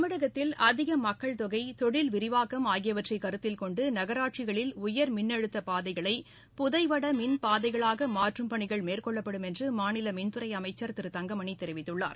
தமிழகத்தில் அதிக மக்கள் தொகை தொழில் விரிவாக்கம் ஆகியவற்றை கருத்தில் கொண்டு நகராட்சிகளில் உயர் மின் அழுத்த பாதைகளை புதைவட மின் பாதைகளாக மாற்றும் பணிகள் மேற்கொள்ளப்படும் என்று மாநில மின்துறை அமைச்சர் திரு தங்கமணி தெரிவித்திருக்கிறார்